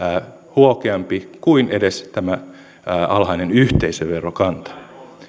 huokeampi kuin edes tämä alhainen yhteisöverokanta